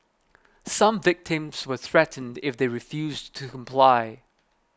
some victims were threatened if they refused to comply